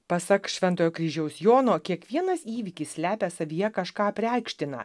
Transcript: pasak šventojo kryžiaus jono kiekvienas įvykis slepia savyje kažką apreikština